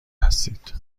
هستید